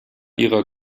ihrer